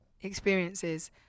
experiences